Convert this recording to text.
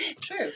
True